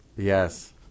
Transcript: Yes